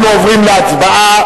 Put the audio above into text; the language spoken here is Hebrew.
אנחנו עוברים להצבעה.